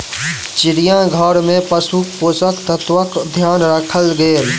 चिड़ियाघर में पशुक पोषक तत्वक ध्यान राखल गेल